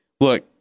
look